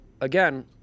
again